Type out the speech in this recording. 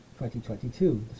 2022